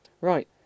Right